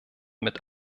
mit